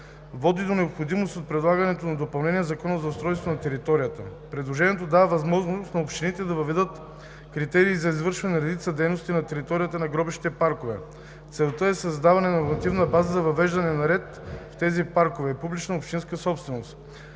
води до необходимостта от предлаганото допълнение в Закона за устройство на територията. Предложението дава възможност на общините да въведат критерии за извършването на редица дейности на територията на гробищните паркове. Целта е създаване на нормативна база за въвеждане на ред в тези паркове – публична общинска собственост,